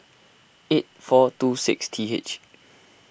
eight four two six T H